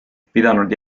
pidanud